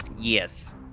Yes